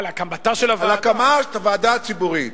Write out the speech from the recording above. הקמת ועדה ציבורית.